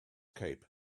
cape